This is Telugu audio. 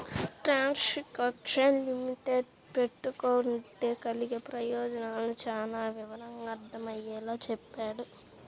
ట్రాన్సాక్షను లిమిట్ పెట్టుకుంటే కలిగే ప్రయోజనాలను చానా వివరంగా అర్థమయ్యేలా చెప్పాడు